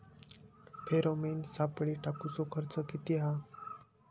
Pheromone सापळे टाकूचो खर्च किती हा?